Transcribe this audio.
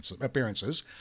appearances